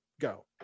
Go